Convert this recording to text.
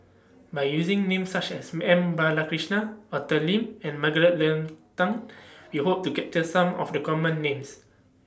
By using Names such as M Balakrishnan Arthur Lim and Margaret Leng Tan We Hope to capture Some of The Common Names